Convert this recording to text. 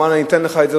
ואמר: אני אתן לך את זה,